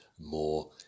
more